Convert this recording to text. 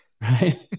right